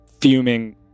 fuming